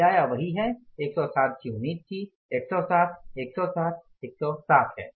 किराया वही है 160 की उम्मीद थी 160 १६० १६० है